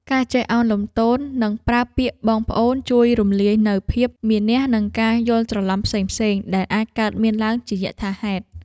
ការចេះឱនលំទោននិងប្រើពាក្យបងប្អូនជួយរំលាយនូវភាពមានះ និងការយល់ច្រឡំផ្សេងៗដែលអាចកើតមានឡើងជាយថាហេតុ។